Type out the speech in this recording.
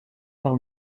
par